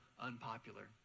unpopular